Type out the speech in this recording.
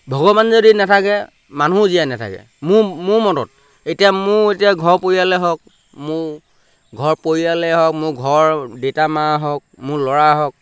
ভগৱান যদি নাথাকে মানুহো জীয়াই নাথাকে মোৰ মোৰ মনত এতিয়া মোৰ এতিয়া ঘৰ পৰিয়ালেই হওক মোৰ ঘৰ পৰিয়ালেই হওক মোৰ ঘৰৰ দেউতা মা হওক মোৰ ল'ৰা হওক